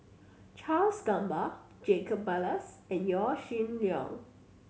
Charles Gamba Jacob Ballas and Yaw Shin Leong